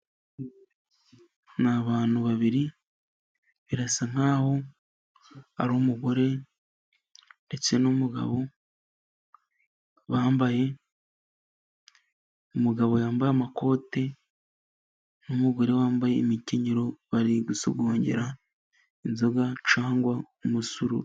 Ni abantu babiri, birasa nk'aho ari umugore ndetse n'umugabo bambaye, umugabo yambaye amakote, n'umugore wambaye imikenyero, bari gusogongera inzoga cyangwa umusururu.